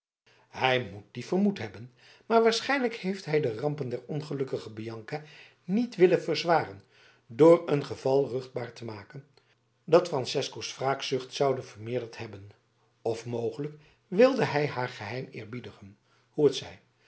hij moet dien vermoed hebben maar waarschijnlijk heeft hij de rampen der ongelukkige bianca niet willen verzwaren door een geval ruchtbaar te maken dat francesco's wraakzucht zoude vermeerderd hebben of mogelijk wilde hij haar geheim eerbiedigen hoe t zij